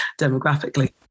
demographically